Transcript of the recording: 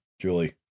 Julie